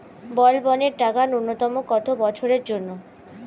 বলবনের টাকা ন্যূনতম কত বছরের জন্য?